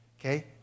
Okay